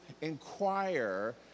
inquire